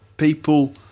People